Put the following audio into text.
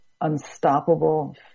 unstoppable